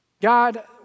God